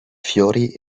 fiori